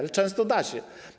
Ale często da się.